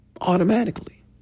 automatically